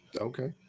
okay